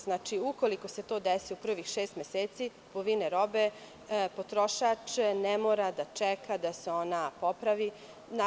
Znači, ukoliko se to desi u prvih šest meseci kupovine robe, potrošač ne mora da čeka da se ona popravi.